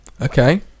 Okay